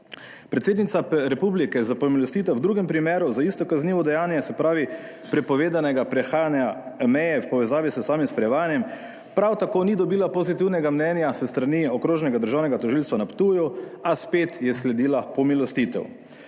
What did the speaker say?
Predsednica republike za pomilostitev v drugem primeru za isto kaznivo dejanje, se pravi, prepovedanega prehajanja meje v povezavi s samim sprevajanjem, prav tako ni dobila pozitivnega mnenja s strani Okrožnega državnega tožilstva na Ptuju a spet je sledila pomilostitev.